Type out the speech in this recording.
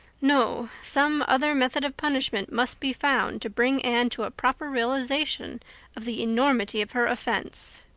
no, some other method of punishment must be found to bring anne to a proper realization of the enormity of her offense.